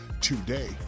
today